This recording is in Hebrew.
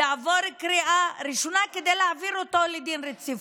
יעבור בקריאה ראשונה, שיהיה לו דין רציפות.